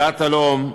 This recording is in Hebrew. דת או לאום,